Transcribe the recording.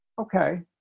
Okay